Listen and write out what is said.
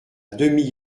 demi